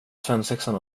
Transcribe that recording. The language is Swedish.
svensexan